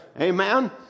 Amen